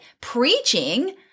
preaching